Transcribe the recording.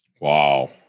Wow